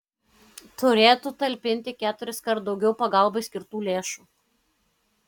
turėtų talpinti keturiskart daugiau pagalbai skirtų lėšų